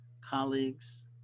colleagues